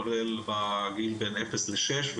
כולל בגיל בין אפס לשש,